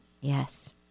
Yes